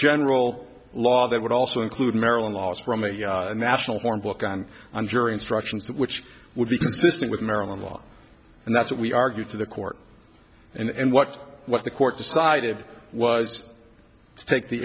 general law that would also include maryland laws from a national hornbook and on jury instructions which would be consistent with maryland law and that's what we argued to the court and what what the court decided was to take the